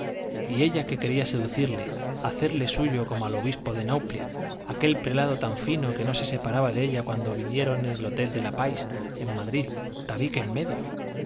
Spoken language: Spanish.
y ella que quería seducirle hacerle suyo como al obispo de nauplia aquel prelado tan fino que no se separaba de ella cuando vivieron en el hotel de la paix en madrid tabique en medio